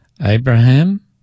Abraham